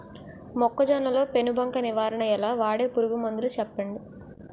మొక్కజొన్న లో పెను బంక నివారణ ఎలా? వాడే పురుగు మందులు చెప్పండి?